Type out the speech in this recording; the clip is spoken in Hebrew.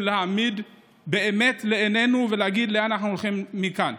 להעמיד באמת לנגד עינינו ולהגיד לאן אנחנו הולכים מכאן.